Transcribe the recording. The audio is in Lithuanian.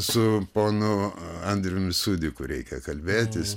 su ponu andriumi sudiku reikia kalbėtis